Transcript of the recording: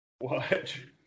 watch